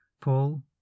Paul